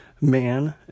man